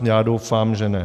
Já doufám, že ne.